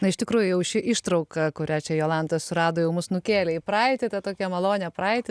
na iš tikrųjų jau ši ištrauka kurią čia jolanta surado jau mus nukėlė į praeitį tą tokią malonią praeitį